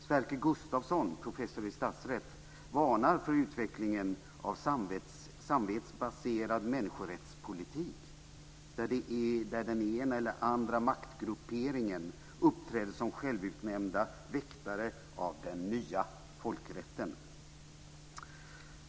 Sverker Gustavsson, professor i statsrätt, varnar för utvecklingen av samvetsbaserad människorättspolitik, där den ena eller den andra maktgrupperingen uppträder som självutnämnd väktare av den "nya" folkrätten.